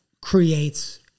creates